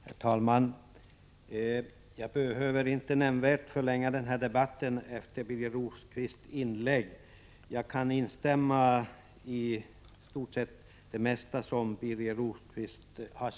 Herr talman! Jag behöver inte förlänga debatten nämnvärt efter Birger Rosqvists inlägg, eftersom jag kan instämma i det mesta som han sade.